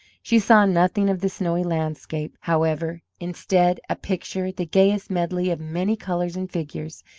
she saw nothing of the snowy landscape, however. instead, a picture, the gayest medley of many colours and figures,